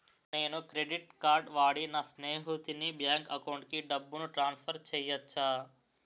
నేను credit card వాడి నా స్నేహితుని బ్యాంక్ అకౌంట్ కి డబ్బును ట్రాన్సఫర్ చేయచ్చా?